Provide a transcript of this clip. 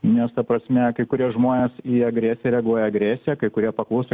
nes ta prasme kai kurie žmonės į agresiją reaguoja agresija kai kurie paklauso